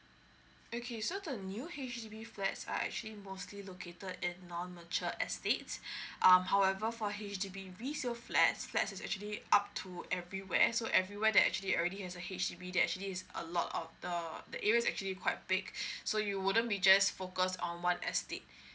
okay so the new H_D_B flats are actually mostly located at non mature estates um however for H_D_B resale flats flats is actually up to everywhere so everywhere that actually already has a H_D_B there's actually a lot of the the area is actually quite big so you wouldn't be just focus on one estate